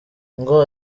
ngo